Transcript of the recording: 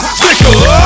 sticker